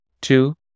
two